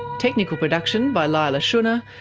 technical production by leila shunnar,